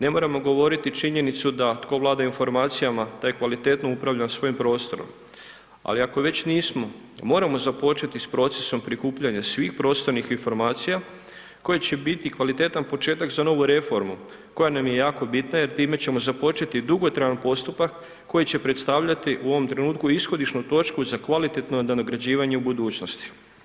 Ne moramo govoriti činjenicu da tko vlada informacija, taj kvalitetno upravlja svojim prostorom, ali ako već nismo, moramo započeti s procesom prikupljanja svih prostornih informacija, koje će biti kvalitetan početak za novu reformu koja nam je jako bitna jer time ćemo započeti dugotrajan postupak koji će predstavljati u ovom trenutku ishodišnu točku za kvalitetno nadograđivanje u budućnosti.